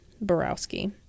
Borowski